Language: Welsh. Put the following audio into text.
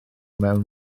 mewn